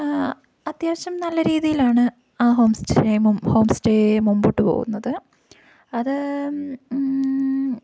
അത്യാവശ്യം നല്ല രീതിയിലാണ് ആ ഹോം സ്റ്റേ ഹോം സ്റ്റേ മുൻപോട്ട് പോവുന്നത് അത്